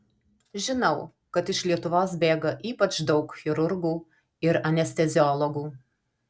žinau kad iš lietuvos bėga ypač daug chirurgų ir anesteziologų